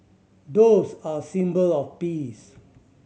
doves are a symbol of peace